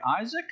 Isaac